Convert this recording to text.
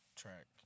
track